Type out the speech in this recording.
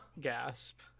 Gasp